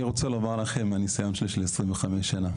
אני רוצה לומר לכם מהניסיון שיש לי 25 שנה.